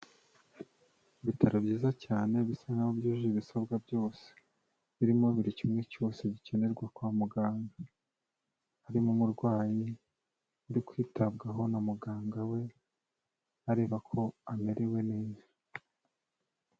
Ibitaro byiza cyane bisa nk'aho byujuje ibisabwa byose, birimo buri kimwe cyose gikenerwa kwa muganga; birimo umurwayi uri kwitabwaho na muganga we, areba ko amerewe neza.